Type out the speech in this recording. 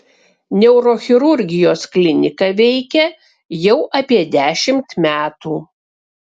neurochirurgijos klinika veikia jau apie dešimt metų